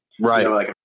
Right